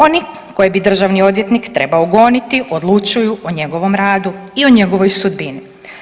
Oni koje bi državni odvjetnik trebao goniti odlučuju o njegovom radu i o njegovoj sudbini.